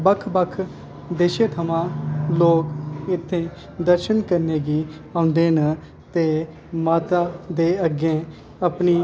बक्ख बक्ख विदेशें थमां लोग इत्थें दर्शन करने गी औंदे न ते माता दे अग्गें अपनी